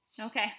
Okay